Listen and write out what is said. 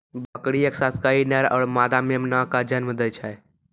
बकरी एक साथ कई नर आरो मादा मेमना कॅ जन्म दै छै